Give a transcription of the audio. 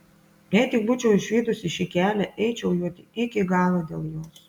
jei tik būčiau išvydusi šį kelią eičiau juo iki galo dėl jos